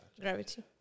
gravity